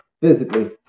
physically